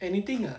anything lah